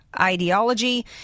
ideology